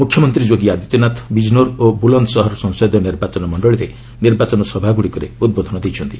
ମୁଖ୍ୟମନ୍ତ୍ରୀ ଯୋଗୀ ଆଦିତ୍ୟନାଥ ବିକ୍ନୌର ଓ ବୁଲନ୍ଦସହର ସଂସଦୀୟ ନିର୍ବାଚନ ମଣ୍ଡଳୀରେ ନିର୍ବାଚନ ସଭାଗୁଡ଼ିକରେ ଉଦ୍ବୋଧନ ଦେଇଛନ୍ତି